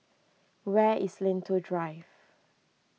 where is Lentor Drive